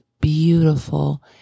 beautiful